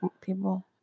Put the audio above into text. people